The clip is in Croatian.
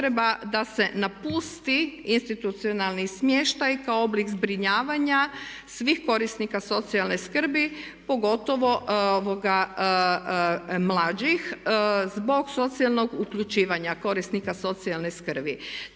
potreba da se napusti institucionalni smještaj kao oblik zbrinjavanja svih korisnika socijalne skrbi pogotovo mlađih zbog socijalnog uključivanja korisnika socijalne skrbi.